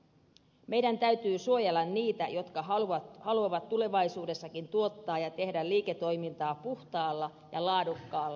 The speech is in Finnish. meidän täytyy suojella niitä jotka haluavat tulevaisuudessakin tuottaa ja tehdä liiketoimintaa puhtaalla ja laadukkaalla ruualla